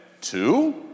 Two